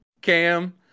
cam